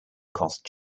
cost